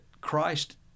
Christ